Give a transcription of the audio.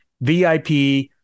VIP